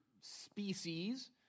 species